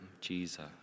Jesus